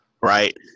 right